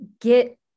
get